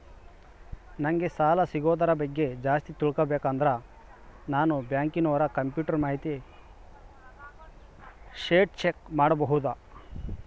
ನಂಗೆ ಸಾಲ ಸಿಗೋದರ ಬಗ್ಗೆ ಜಾಸ್ತಿ ತಿಳಕೋಬೇಕಂದ್ರ ನಾನು ಬ್ಯಾಂಕಿನೋರ ಕಂಪ್ಯೂಟರ್ ಮಾಹಿತಿ ಶೇಟ್ ಚೆಕ್ ಮಾಡಬಹುದಾ?